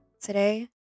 Today